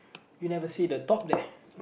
you never see the top there